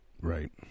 right